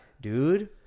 dude